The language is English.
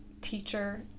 teacher